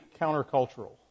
countercultural